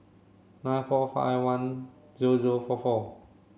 nine four five one zero zero four four